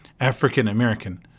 African-American